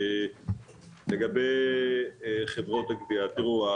לגבי חברות הגבייה: תראו,